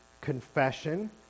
Confession